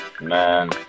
Man